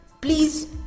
please